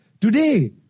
today